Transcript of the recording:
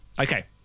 Okay